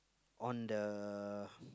on the